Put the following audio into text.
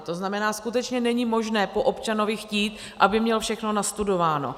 To znamená, skutečně není možné po občanovi chtít, aby měl všechno nastudováno.